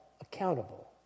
accountable